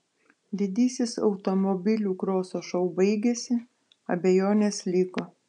didysis automobilių kroso šou baigėsi abejonės liko